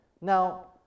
Now